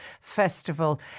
Festival